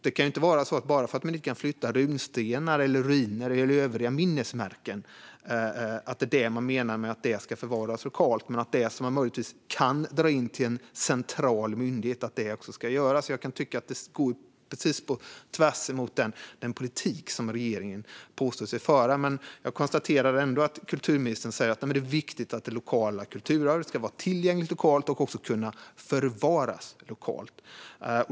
Det kan inte vara så att man menar att bara för att runstenar, ruiner och övriga minnesmärken inte kan flyttas ska de förvaras lokalt, men om något möjligtvis går att dra in till en central myndighet ska det också göras. Det går precis på tvärs mot den politik som regeringen påstår sig föra. Kulturministern säger att det är viktigt att det lokala kulturarvet ska vara tillgängligt lokalt och också kunna förvaras lokalt.